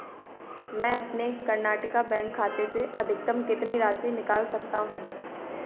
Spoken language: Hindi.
मैं अपने कर्नाटक बैंक खाते से अधिकतम कितनी राशि निकाल सकता हूँ